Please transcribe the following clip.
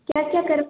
क्या क्या करवाने